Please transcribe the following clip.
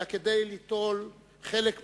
אלא כדי ליטול חלק פעיל,